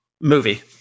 Movie